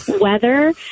weather